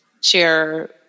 share